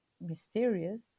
mysterious